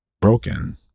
broken